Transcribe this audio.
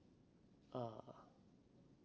ah